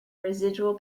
residual